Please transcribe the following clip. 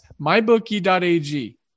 MyBookie.ag